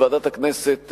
בוועדת הכנסת,